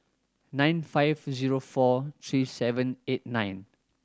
nine five zero four three seven eight nine